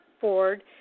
Ford